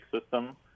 system